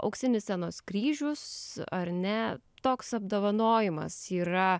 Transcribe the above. auksinis scenos kryžius ar ne toks apdovanojimas yra